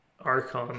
Archon